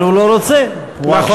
אפשר, אבל הוא לא רוצה, הוא עקשן.